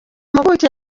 mpuguke